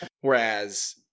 Whereas